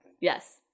Yes